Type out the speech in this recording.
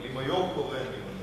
אבל אם היושב-ראש קורא אני עונה.